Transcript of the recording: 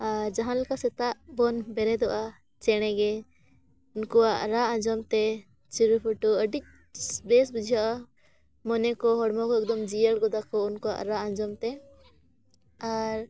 ᱟᱨ ᱡᱟᱦᱟᱸ ᱞᱮᱠᱟ ᱥᱮᱛᱟᱜ ᱵᱚᱱ ᱵᱮᱨᱮᱫᱚᱜᱼᱟ ᱪᱮᱬᱮ ᱜᱮ ᱩᱱᱠᱩᱣᱟᱜ ᱨᱟᱜ ᱟᱸᱡᱚᱢ ᱛᱮ ᱪᱤᱨᱩ ᱯᱩᱴᱩ ᱟᱹᱰᱤ ᱵᱮᱥ ᱵᱩᱡᱷᱟᱹᱜᱼᱟ ᱢᱚᱱᱮ ᱠᱚ ᱦᱚᱲᱢᱚ ᱠᱚ ᱮᱠᱫᱚᱢ ᱡᱤᱭᱟᱹᱲ ᱜᱚᱫᱟ ᱠᱚ ᱩᱱᱠᱩᱣᱟᱜ ᱨᱟᱜ ᱟᱸᱡᱚᱢ ᱛᱮ ᱟᱨ